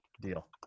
deal